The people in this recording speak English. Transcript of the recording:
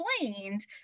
explained